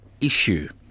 issue